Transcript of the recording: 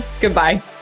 goodbye